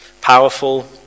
powerful